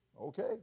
Okay